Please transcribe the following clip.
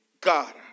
God